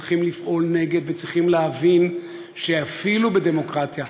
צריכים לפעול נגד וצריכים להבין שאפילו בדמוקרטיה,